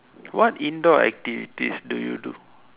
what indoor activities do you do